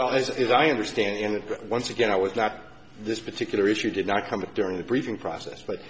as it is i understand that once again i would not this particular issue did not come up during the briefing process but